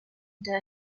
der